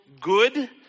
good